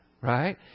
right